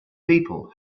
people